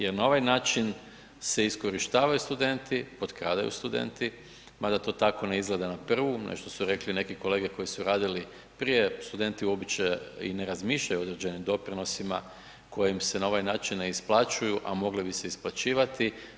Jer na ovaj način se iskorištavaju studenti, potkradaju studenti, mada to tako ne izgleda na prvu, ono što su rekli neki kolege koji su radili prije, studenti uopće i ne razmišljaju o određenim doprinosima koji im se na ovaj način ne isplaćuju, a mogli bi se isplaćivati.